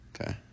Okay